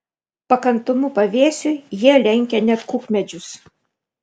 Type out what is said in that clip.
pakantumu pavėsiui jie lenkia net kukmedžius